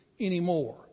anymore